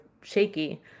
shaky